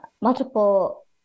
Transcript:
multiple